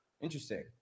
interesting